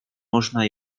można